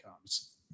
comes